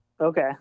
Okay